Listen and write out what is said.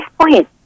point